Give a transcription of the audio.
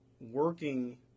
working